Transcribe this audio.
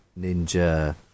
ninja